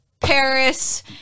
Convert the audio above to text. Paris